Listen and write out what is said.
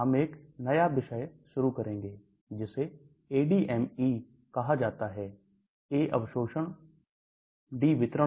हम घुलनशीलता के विषय पर जारी रखेंगे फिर मैं पारगम्यता का परिचय देना शुरू करूंगा